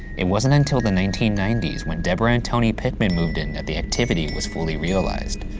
it wasn't until the nineteen ninety s when debra and tony pickman moved in that the activity was fully realized.